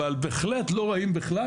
אבל בהחלט לא רעים בכלל,